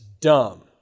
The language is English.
dumb